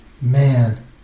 Man